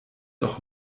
doch